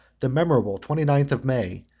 the memorable twenty-ninth of may,